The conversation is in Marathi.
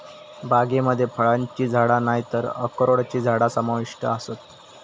बागेमध्ये फळांची झाडा नायतर अक्रोडची झाडा समाविष्ट आसत